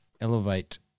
Elevate